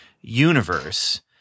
universe